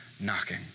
Knocking